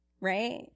right